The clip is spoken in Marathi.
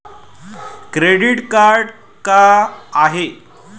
क्रेडिट कार्ड का हाय?